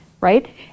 right